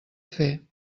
fer